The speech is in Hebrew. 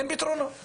אין פתרונות.